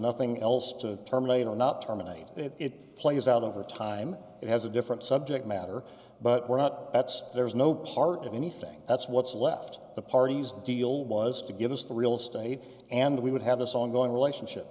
nothing else to terminate or not terminate it plays out over time it has a different subject matter but we're not that's there's no part of anything that's what's left the parties deal was to give us the real estate and we would have this ongoing relationship